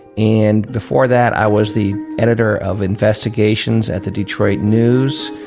and before that, i was the editor of investigations at the detroit news.